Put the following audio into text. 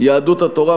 יהדות התורה,